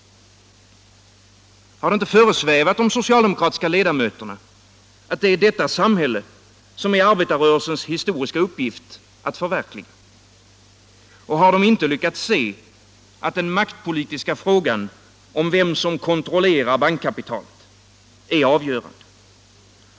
Har det inte föresvävat de socialdemokratiska ledamöterna att det är detta samhälle som det är arbetarrörelsens historiska uppgift att förverkliga? Och har de inte lyckats se att den maktpolitiska frågan om vem som kontrollerar bankkapitalet är avgörande?